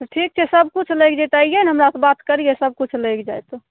तऽ ठीक छै सबकिछु लागि जेतै अइयै ने हमरा सँ बात करियै सबकिछु लागि जायत